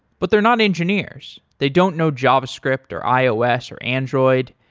but they're not engineers. they don't know javascript or ios or android,